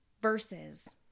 Verses